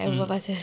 mm